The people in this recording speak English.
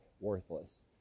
worthless